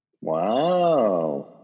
Wow